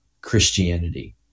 Christianity